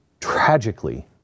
tragically